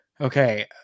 Okay